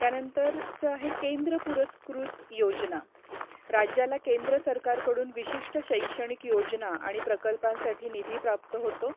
त्यानंतरचं आहे केंद्र पुरस्कृत योजना राज्याला केंद्र सरकारकडून विशिष्ट शैक्षणिक योजना आणि प्रकल्पांसाठी निधी प्राप्त होतो